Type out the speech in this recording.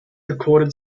recorded